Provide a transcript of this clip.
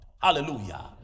Hallelujah